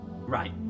Right